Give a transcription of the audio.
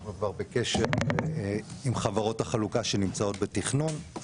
אנחנו כבר בקשר עם חברות החלוקה שנמצאות בתכנון.